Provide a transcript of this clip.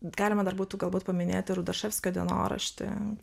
galima dar būtų galbūt paminėti rudaševskio dienoraštį